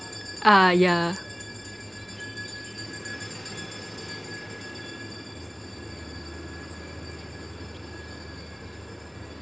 uh yeah